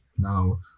Now